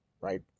right